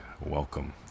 Welcome